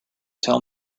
tell